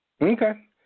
Okay